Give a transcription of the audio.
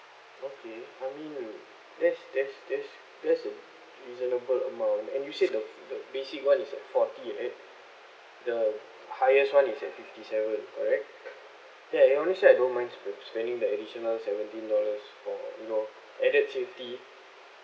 okay I mean that's that's that's that's a reasonable amount and you said of the the basic one is at forty right the highest one is at fifty seven correct ya honestly I don't mind spend spending that additional seventeen dollars for you know added safety